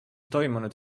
toimunud